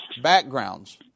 backgrounds